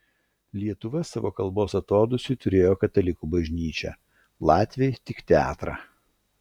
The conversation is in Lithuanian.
lietuva savo kalbos atodūsiui turėjo katalikų bažnyčią latviai tik teatrą